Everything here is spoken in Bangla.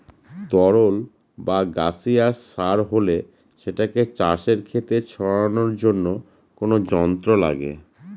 তরল বা গাসিয়াস সার হলে সেটাকে চাষের খেতে ছড়ানোর জন্য কোনো যন্ত্র লাগে